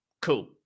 Cool